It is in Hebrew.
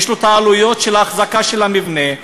יש לו עלויות של אחזקת המבנה,